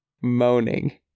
moaning